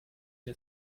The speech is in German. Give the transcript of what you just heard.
der